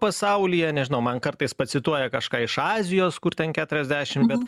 pasaulyje nežinau man kartais pacituoja kažką iš azijos kur ten keturiasdešim bet